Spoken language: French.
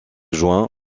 juin